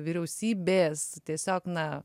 vyriausybės tiesiog na